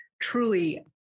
truly